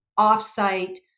off-site